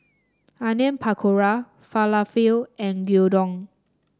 Onion Pakora Falafel and Gyudon